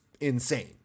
insane